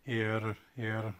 ir ir